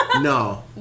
no